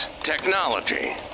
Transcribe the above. technology